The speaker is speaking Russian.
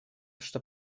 что